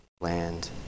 land